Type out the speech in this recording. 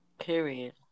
Period